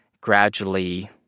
gradually